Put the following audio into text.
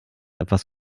etwas